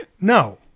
no